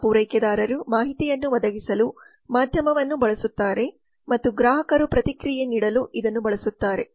ಸೇವಾ ಪೂರೈಕೆದಾರರು ಮಾಹಿತಿಯನ್ನು ಒದಗಿಸಲು ಮಾಧ್ಯಮವನ್ನು ಬಳಸುತ್ತಾರೆ ಮತ್ತು ಗ್ರಾಹಕರು ಪ್ರತಿಕ್ರಿಯೆ ನೀಡಲು ಇದನ್ನು ಬಳಸುತ್ತಾರೆ